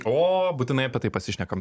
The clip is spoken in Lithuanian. o būtinai apie tai pasišnekam